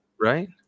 Right